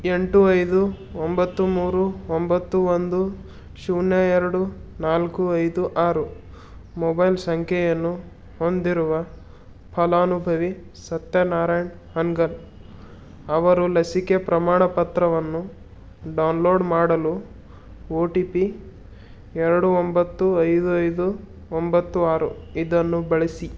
ಎಂಟು ಐದು ಒಂಬತ್ತು ಮೂರು ಒಂಬತ್ತು ಒಂದು ಶೂನ್ಯ ಎರಡು ನಾಲ್ಕು ಐದು ಆರು ಮೊಬೈಲ್ ಸಂಖ್ಯೆಯನ್ನು ಹೊಂದಿರುವ ಫಲಾನುಭವಿ ಸತ್ಯನಾರಾಯಣ್ ಹಾನ್ಗಲ್ ಅವರ ಲಸಿಕೆ ಪ್ರಮಾಣಪತ್ರವನ್ನು ಡೌನ್ಲೋಡ್ ಮಾಡಲು ಓ ಟಿ ಪಿ ಎರಡು ಒಂಬತ್ತು ಐದು ಐದು ಒಂಬತ್ತು ಆರು ಇದನ್ನು ಬಳಸಿ